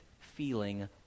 feeling